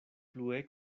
plue